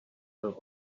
byl